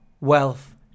wealth